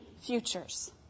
futures